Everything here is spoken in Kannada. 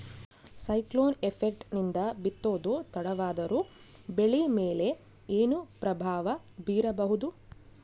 ಸೈಕ್ಲೋನ್ ಎಫೆಕ್ಟ್ ನಿಂದ ಬಿತ್ತೋದು ತಡವಾದರೂ ಬೆಳಿ ಮೇಲೆ ಏನು ಪ್ರಭಾವ ಬೀರಬಹುದು?